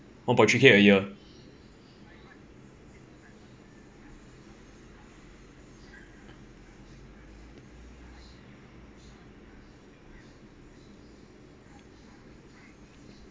one point three K a year